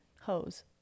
hose